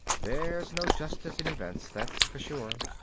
there's no justice in events, that's for sure.